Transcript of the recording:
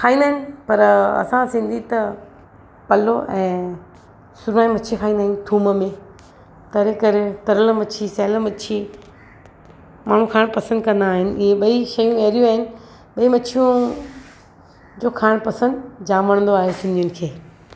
खाईंदा आहिनि पर असां सिंधी त पलो ऐं सुरण मच्छी खाईंदा आहियूं थूम में तरे करे तरियल मच्छी सियल मच्छी माण्हू खाइणु पसंदि कंदा आहिनि इहे ॿई शयूं अहिड़ियूं आहिनि उहे मच्छियूं जो खाइणु पसंदि जामु वणंदो आहे सिंधियुनि खे